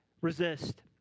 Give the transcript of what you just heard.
resist